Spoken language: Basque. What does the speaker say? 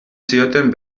zioten